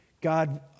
God